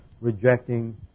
rejecting